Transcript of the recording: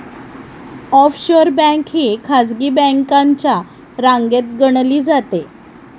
offshore bank ही खासगी बँकांच्या रांगेत गणली जाते